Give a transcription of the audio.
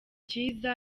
cyiza